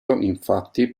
infatti